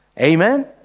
Amen